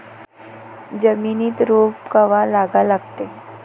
जमिनीत रोप कवा लागा लागते?